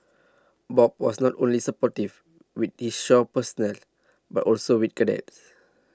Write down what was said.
Bob was not only supportive with his shore personnel but also with cadets